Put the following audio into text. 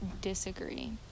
disagree